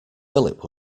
philip